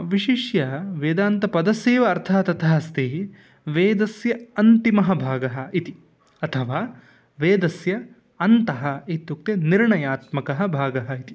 विशिष्यः वेदान्तपदस्येव अर्थः तथा अस्ति वेदस्य अन्तिमः भागः इति अथवा वेदस्य अन्तः इत्युक्ते निर्णयात्मकः भागः इति